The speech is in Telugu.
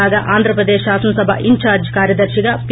కాగా ఆంధ్రప్రదేశ్ శాసనసభ ఇన్ చార్జ్ కార్యదర్తిగా పి